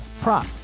prop